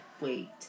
wait